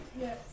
Yes